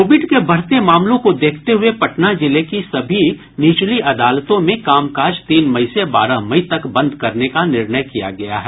Covid के बढ़ते मामलों को देखते हुये पटना जिले की सभी निचली अदालतों में कामकाज तीन मई से बारह मई तक बंद करने का निर्णय किया गया है